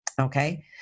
Okay